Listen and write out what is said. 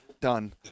Done